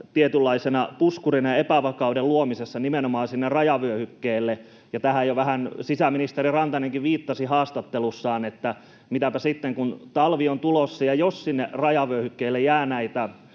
tietynlaisena puskurina ja epävakauden luomisessa nimenomaan sinne rajavyöhykkeelle. Ja tähän jo vähän sisäministeri Rantanenkin viittasi haastattelussaan, että mitäpä sitten, kun talvi on tulossa, jos sinne rajavyöhykkeelle jää näitä